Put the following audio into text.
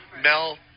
Mel